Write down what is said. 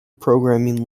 programming